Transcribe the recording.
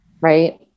right